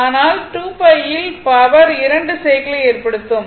ஆனால் 2π யில் பவர் இரண்டு சைக்கிளை ஏற்படுத்தும்